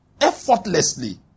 Effortlessly